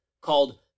called